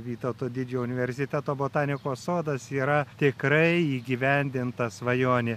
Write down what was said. vytauto didžiojo universiteto botanikos sodas yra tikrai įgyvendinta svajonė